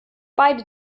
beide